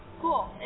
Cool